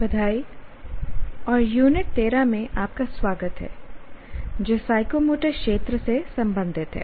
बधाई और यूनिट 13 में आपका स्वागत है जो साइकोमोटर क्षेत्र से संबंधित है